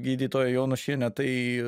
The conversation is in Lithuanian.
gydytoja jonušiene tai